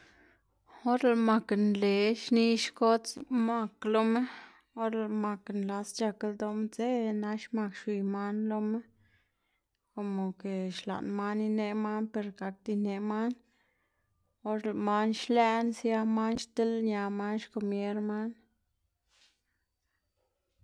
or lëꞌ mak nle xni xkodz mak loma, or lëꞌ mak nlas c̲h̲ak ldoꞌna dzeꞌ nax mak xwiy man loma, komo ke xlaꞌn man ineꞌ man loma ber gakda ineꞌ man, or lëꞌ man xlëꞌna sia man dilña man xkomier man.